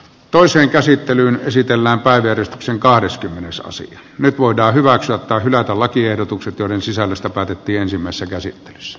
toiseen käsittelyyn esitellään päivitys on kahdeskymmenesosa nyt voidaan hyväksyä tai hylätä lakiehdotukset joiden sisällöstä päätettiin ensimmäisessä käsittelyssä